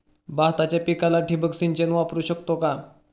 भाताच्या पिकाला ठिबक सिंचन वापरू शकतो का?